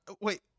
Wait